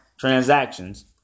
transactions